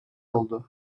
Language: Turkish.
oldu